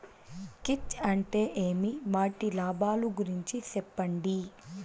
కీచ్ అంటే ఏమి? వాటి లాభాలు గురించి సెప్పండి?